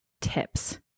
tips